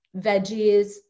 veggies